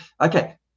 Okay